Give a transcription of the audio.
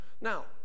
Now